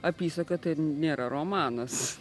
apysaka tai nėra romanas